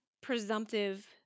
presumptive